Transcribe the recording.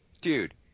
dude